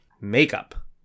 makeup